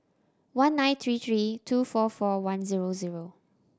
one nine three three two four four one zero zero